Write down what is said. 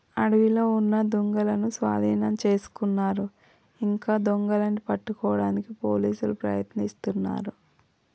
అడవిలో ఉన్న దుంగలనూ సాధీనం చేసుకున్నారు ఇంకా దొంగలని పట్టుకోడానికి పోలీసులు ప్రయత్నిస్తున్నారు